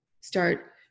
start